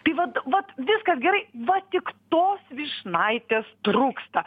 tai vat vat viskas gerai va tik tos vyšnaitės trūksta